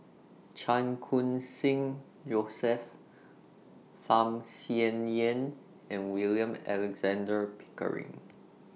Chan Khun Sing Joseph Tham Sien Yen and William Alexander Pickering